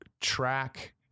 track